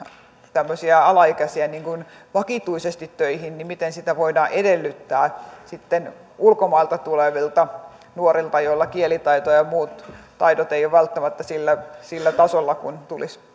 tämmöisiä alaikäisiä vakituisesti töihin miten sitä voidaan edellyttää sitten ulkomailta tulevilta nuorilta joilla kielitaito ja muut taidot eivät ole välttämättä sillä sillä tasolla kuin tulisi